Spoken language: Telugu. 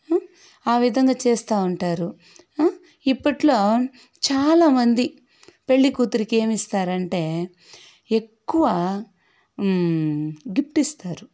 ఆ విధంగా చేస్తూ ఉంటారు ఇప్పట్లో చాలామంది పెళ్ళికూతురికి ఏమిస్తారంటే ఎక్కువ గిఫ్ట్ ఇస్తారు